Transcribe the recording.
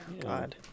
God